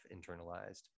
internalized